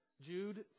Jude